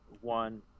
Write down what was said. one